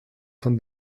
von